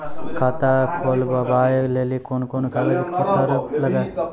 खाता खोलबाबय लेली कोंन कोंन कागज पत्तर लगतै?